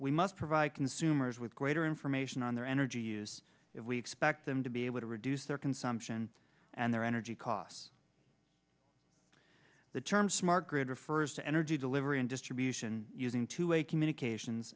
we must provide consumers with greater information on their energy use if we expect them to be able to reduce their consumption and their energy costs the term smart grid refers to energy delivery and distribution using two communications